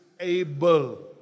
able